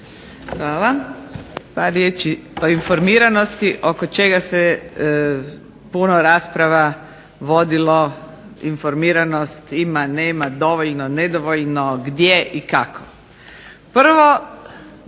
Hvala. Par riječi o informiranosti oko čega se puno rasprava vodilo. Informiranost ima, nema dovoljno, nedovoljno, gdje i kako.